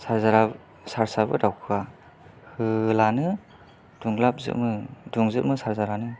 चार्जारा charge आबो दावखोआ होब्लानो दुंलाबजोंबो दुंजोबो चार्जारानो